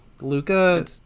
Luca